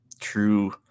true